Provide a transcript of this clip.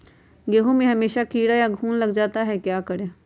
गेंहू में हमेसा कीड़ा या घुन लग जाता है क्या करें?